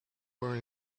were